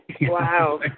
Wow